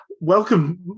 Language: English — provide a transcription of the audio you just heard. Welcome